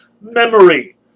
memory